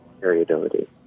variability